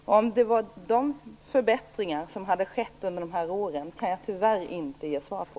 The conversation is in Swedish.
Om det var den typen av förändringar som skedde under åren 1991-1994 kan jag tyvärr inte ge svar på.